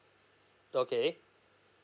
okay